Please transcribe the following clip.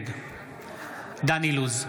נגד דן אילוז,